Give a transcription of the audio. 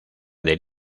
del